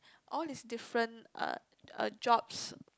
all his different uh uh jobs